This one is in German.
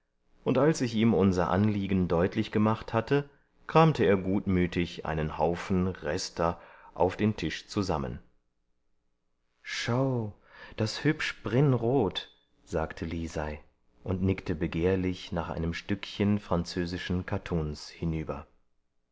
und als ich ihm unser anliegen deutlich gemacht hatte kramte er gutmütig einen haufen rester auf den tisch zusammen schau das hübsch brinnrot sagte lisei und nickte begehrlich nach einem stückchen französischen kattuns hinüber